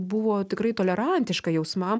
buvo tikrai tolerantiška jausmam